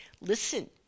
listen